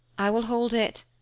i will hold it,